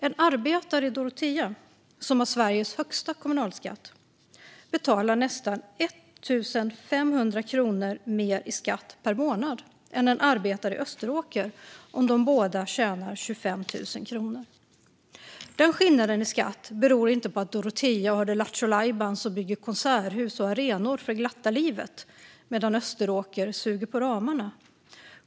En arbetare i Dorotea, som har Sveriges högsta kommunalskatt, betalar nästan 1 500 kronor mer i skatt per månad än en arbetare i Österåker om de båda tjänar 25 000 kronor. Den skillnaden i skatt beror inte på att Dorotea har det lattjolajbans och bygger konserthus och arenor för glatta livet medan Österåker suger på ramarna.